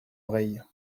oreille